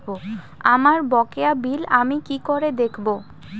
আমার বকেয়া বিল আমি কি করে দেখব?